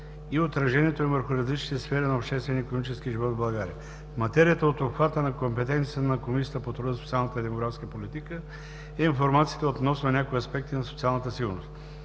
и отражението им върху различните сфери на обществения и икономическия живот в България. В материята от обхвата на компетенции на Комисията по труда, социалната и демографската политика е информацията относно някои аспекти на социалната сигурност.